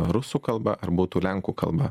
rusų kalba ar būtų lenkų kalba